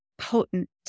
potent